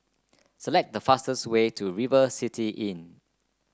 select the fastest way to River City Inn